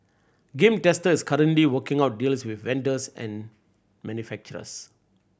Game Tester is currently working out deals with vendors and manufacturers